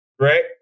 Right